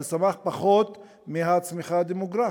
אבל הוא צמח פחות מהצמיחה הדמוגרפית.